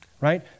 right